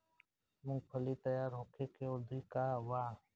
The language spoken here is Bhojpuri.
मूँगफली तैयार होखे के अवधि का वा?